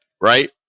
right